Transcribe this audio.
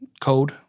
code